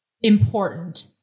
important